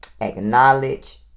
acknowledge